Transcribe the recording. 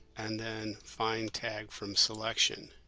and then find tag from selection